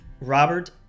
Robert